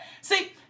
See